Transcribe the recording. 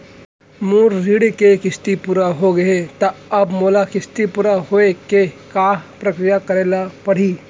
मोर ऋण के किस्ती पूरा होगे हे ता अब मोला किस्ती पूरा होए के का प्रक्रिया करे पड़ही?